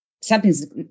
something's